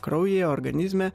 kraujyje organizme